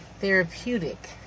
therapeutic